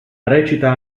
recita